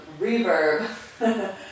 reverb